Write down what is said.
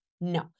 no